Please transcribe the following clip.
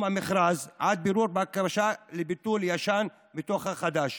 המכרז עד בירור הבקשה לביטול ישן מתוך חדש.